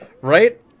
Right